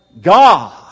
God